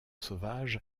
sauvage